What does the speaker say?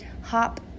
hop